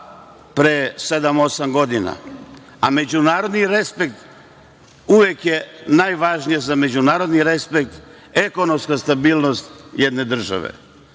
osam godina, a međunarodni respekt uvek je najvažnije za međunarodni respekt, ekonomska stabilnost jedne države.